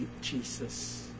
Jesus